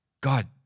God